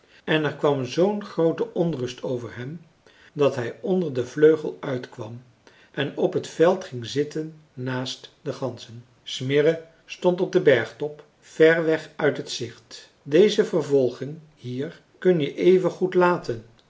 en er kwam zoo'n groote onrust over hem dat hij onder den vleugel uit kwam en op het veld ging zitten naast de ganzen smirre stond op den bergtop ver weg uit t gezicht deze vervolging hier kun je even goed laten